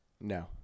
No